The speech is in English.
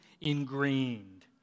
ingrained